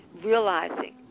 realizing